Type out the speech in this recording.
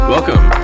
Welcome